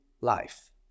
life